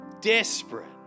desperate